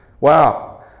wow